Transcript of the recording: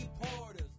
reporters